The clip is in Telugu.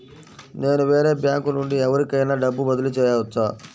నేను వేరే బ్యాంకు నుండి ఎవరికైనా డబ్బు బదిలీ చేయవచ్చా?